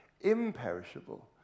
imperishable